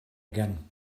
again